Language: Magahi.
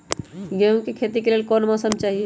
गेंहू के खेती के लेल कोन मौसम चाही अई?